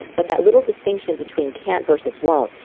but that little distinction between can't versus won't,